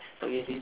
okay